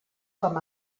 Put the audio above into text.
com